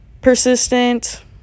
persistent